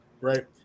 Right